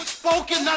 spoken